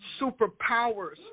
superpowers